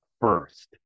first